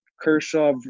Kershaw